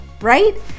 right